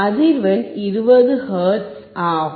அதிர்வெண் 20 ஹெர்ட்ஸ் ஆகும்